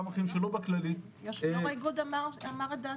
שלא בכללית- -- יושב-ראש האיגוד אמר את דעתו.